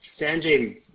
Sanjay